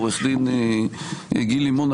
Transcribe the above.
עו"ד גיל לימון,